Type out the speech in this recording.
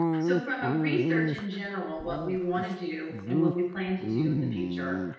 so from a research in general, what we want to do and what we plan to do in the future,